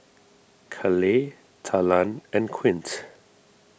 Caleigh Talan and Quint